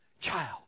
child